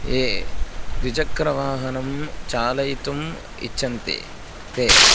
ये द्विचक्रवाहनं चालयितुम् इच्छन्ति ते